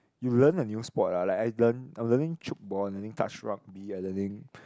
you learn a new sport lah like I learn I'm learning tchoukball I learning touch rugby I learning